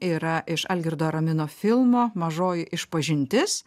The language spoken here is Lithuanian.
yra iš algirdo aramino filmo mažoji išpažintis